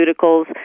pharmaceuticals